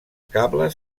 cables